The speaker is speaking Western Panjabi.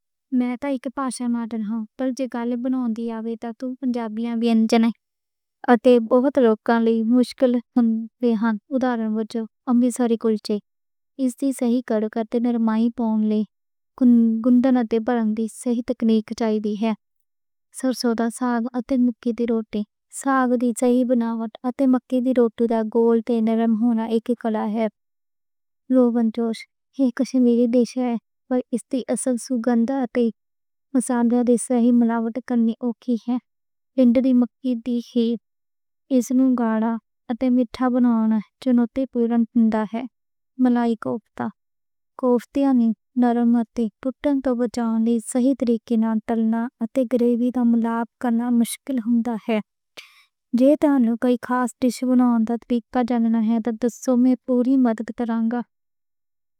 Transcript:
میں تے اک پکا شوقین ہاں، پر جے کھانے بناؤنے آپے تاں کجھ بیَنجن بہت لوکاں لئی مشکل نیں۔ سرسوں دا ساگ اتے مکئی دی روٹی۔ ساگ دی صحیح بناوٹ، مکئی دی روٹی دا گول تے نرم ہونا اک کلا ہے۔ روگن جوش ایہ کشمیری ڈِش ہے تے اس دے اصل سُگندھاں تے کئی مصالحیاں دے نال صحیح ملاوٹ کرنی اوکھی ہے۔ پنیر مکھنی وی اِس موضوع اتے۔ مِٹھا بناؤنا چنوتی پُورَن پانڈا ہے۔ ملائی کوفتے—کوفتیاں نوں نرمائے ٹُٹّن توں بچاؤن لئی صحیح طریقے نال تَلنا اتے گریوی نال مِلاپ کرنا اوکھا ہے۔ جے کِسے خاص ڈِش نوں تیکھا پاؤنا ہے سو میں پوری مدد کراں گا۔